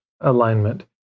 alignment